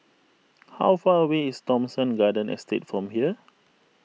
how far away is Thomson Garden Estate from here